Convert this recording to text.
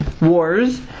wars